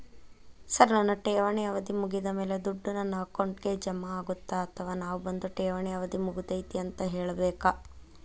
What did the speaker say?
Sir ನನ್ನ ಠೇವಣಿ ಅವಧಿ ಮುಗಿದಮೇಲೆ, ದುಡ್ಡು ನನ್ನ ಅಕೌಂಟ್ಗೆ ಜಮಾ ಆಗುತ್ತ ಅಥವಾ ನಾವ್ ಬಂದು ಠೇವಣಿ ಅವಧಿ ಮುಗದೈತಿ ಅಂತ ಹೇಳಬೇಕ?